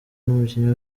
n’umukinnyi